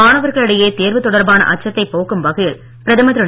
மாணவர்களிடையே தேர்வு தொடர்பான அச்சத்தைப் போக்கும் வகையில் பிரதமர் திரு